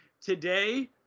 Today